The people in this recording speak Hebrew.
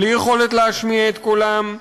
בלי יכולת להשמיע את קולם.